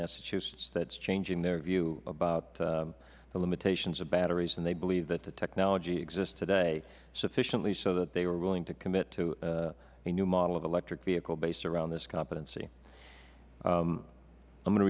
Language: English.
massachusetts that is changing their view about the limitations of batteries and they believe that the technology exists today sufficiently so that they are willing to commit to a new model of electric vehicle based around this competency i am go